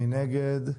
מי נגד?